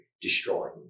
destroying